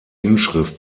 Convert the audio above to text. inschrift